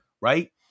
right